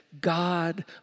God